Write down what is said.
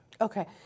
Okay